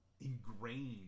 ingrained